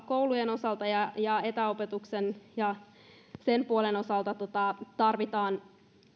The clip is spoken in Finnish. koulujen osalta ja ja etäopetuksen ja sen puolen osalta tarvitaan